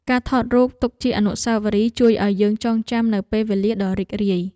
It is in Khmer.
ការថតរូបទុកជាអនុស្សាវរីយ៍ ជួយឱ្យយើងចងចាំនូវពេលវេលាដ៏រីករាយ។